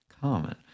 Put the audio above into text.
common